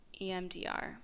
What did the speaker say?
EMDR